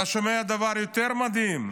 אתה שומע דבר יותר מדהים: